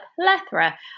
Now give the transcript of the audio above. plethora